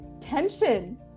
tension